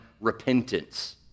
repentance